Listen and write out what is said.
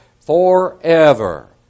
forever